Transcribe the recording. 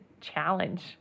challenge